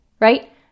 right